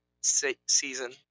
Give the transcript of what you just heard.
season